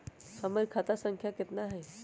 हमर खाता संख्या केतना हई?